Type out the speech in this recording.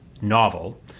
novel